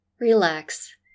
relax